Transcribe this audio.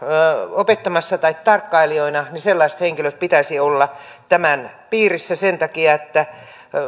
opettamassa tai tarkkailijoina niin sellaisten henkilöiden pitäisi olla tämän piirissä sen takia että